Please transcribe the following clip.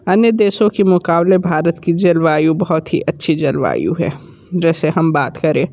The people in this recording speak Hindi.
अन्य देशों के मुक़ाबले भारत की जलवायु बहुत ही अच्छी जलवायु है जैसे हम बात करें